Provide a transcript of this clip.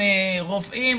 רופאים,